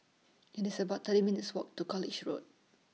IT IS about thirty minutes' Walk to College Road